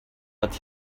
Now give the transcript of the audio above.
but